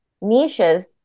niches